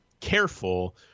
careful